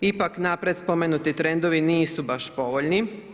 Ipak napred spomenuti trendovi nisu baš povoljni.